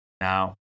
Now